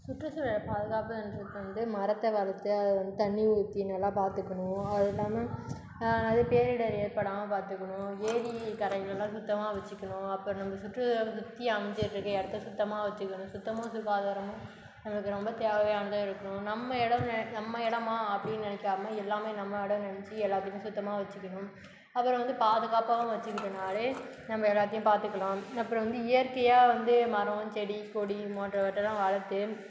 சுற்றுசூழல் பாதுகாப்புன்றது வந்து மரத்தை வளர்த்து அதை வந்து தண்ணி ஊற்றி நல்லா பார்த்துக்கணும் அதுவும் இல்லாமல் நிறைய பேரிடர் ஏற்படாமல் பார்த்துக்கணும் ஏரி கரைகள்லாம் சுத்தமாக வச்சிக்கணும் அப்புறம் நம்ம சுற்று சுற்றி அமைஞ்சிட்ருக்க இடத்த சுத்தமாக வச்சிக்கணும் சுத்தமும் சுகாதாரமும் நம்மளுக்கு ரொம்ப தேவையானதாக இருக்கணும் நம்ம இடம்மே நம்ம இடமா அப்படின்னு நினைக்காம எல்லாமே நம்ம இடோன்னு நினச்சி எல்லாத்தையும் சுத்தமாக வச்சிக்கணும் அப்புறம் வந்து பாதுகாப்பாகவும் வச்சிக்கிட்டனாலே நம்ம எல்லாத்தையும் பார்த்துக்கலாம் அப்புறம் வந்து இயற்கையாக வந்து மரம் செடி கொடி போன்றவற்றையலாம் வளர்த்து